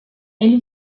elle